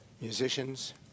musicians